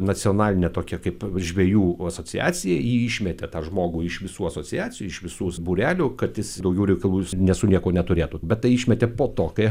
nacionalinė tokia kaip žvejų asociacija ji išmetė tą žmogų iš visų asociacijų iš visus būrelių kad jis daugiau reikalų ne su nieko neturėtų bet tai išmetė po to kai